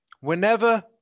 Whenever